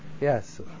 Yes